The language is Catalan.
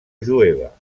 jueva